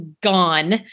gone